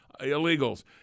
illegals